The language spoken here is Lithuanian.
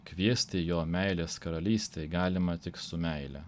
kviesti jo meilės karalystėj galima tik su meile